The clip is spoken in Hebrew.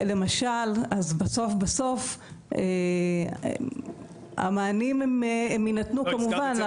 למשל אז בסוף בסוף המענים הם יינתנו כמובן,